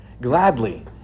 gladly